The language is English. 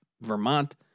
Vermont